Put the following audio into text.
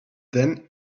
then